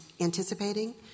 anticipating